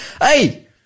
hey